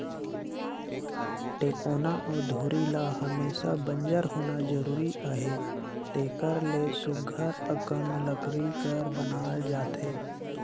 टेकोना अउ धूरी ल हमेसा बंजर होना जरूरी अहे तेकर ले सुग्घर अकन लकरी कर बनाल जाथे